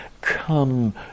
Come